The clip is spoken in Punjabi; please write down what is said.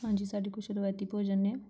ਹਾਂਜੀ ਸਾਡੇ ਕੁਛ ਰਵਾਇਤੀ ਭੋਜਨ ਨੇ